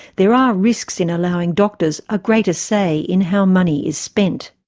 there are risks in allowing doctors a greater say in how money is spent.